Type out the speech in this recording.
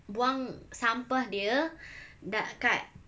buang sampah dia da~ kat